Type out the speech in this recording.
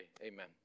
Amen